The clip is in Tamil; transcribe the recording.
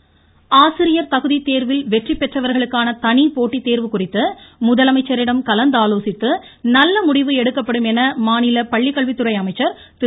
செங்கோட்டையன் ஆசிரியர் தகுதி தேர்வில் வெற்றிபெற்றவர்களுக்கான தனி போட்டி தேர்வு குறித்து முதலமைச்சரிடம் கலந்தாலோசித்து நல்ல முடிவு எடுக்கப்படும் என மாநில பள்ளிக்கல்வித்துறை அமைச்சர் திரு